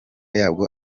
yabwo